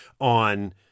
on